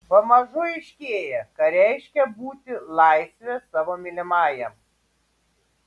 pamažu aiškėja ką reiškia būti laisve savo mylimajam